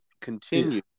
continue